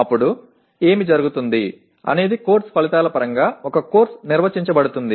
అప్పుడు ఏమి జరుగుతుంది అనేది కోర్సు ఫలితాల పరంగా ఒక కోర్సు నిర్వచించబడుతుంది